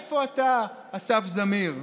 איפה אתה, אסף זמיר?